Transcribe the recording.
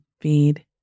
feed